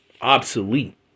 obsolete